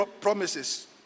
promises